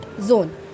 zone